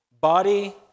body